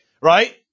right